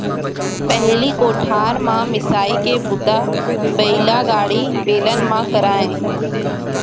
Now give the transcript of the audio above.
पहिली कोठार म मिंसाई के बूता बइलागाड़ी, बेलन म करयँ